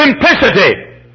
Simplicity